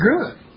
good